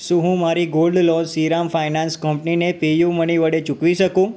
શું હું મારી ગોલ્ડ લોન શ્રીરામ ફાયનાન્સ કંપનીને પેયુમની વડે ચૂકવી શકું